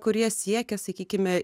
kurie siekia sakykime